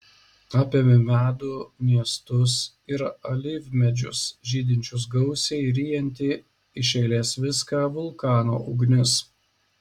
apėmė medų miestus ir alyvmedžius žydinčius gausiai ryjanti iš eilės viską vulkano ugnis